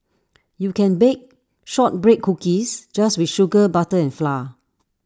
you can bake Shortbread Cookies just with sugar butter and flour